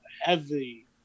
Heavy